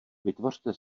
vytvořte